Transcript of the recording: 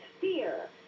fear